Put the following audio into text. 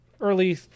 early